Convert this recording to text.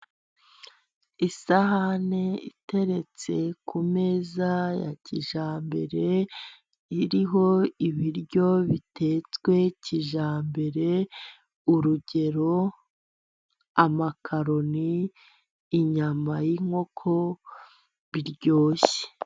Isahane iteretse ku meza ya kijyambere, iriho ibiryo bitetswe kijyambere urugero amakaroni inyama y'inkoko biryoshye.